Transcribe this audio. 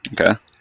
Okay